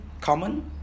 common